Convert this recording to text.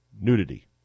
nudity